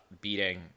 beating